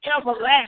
everlasting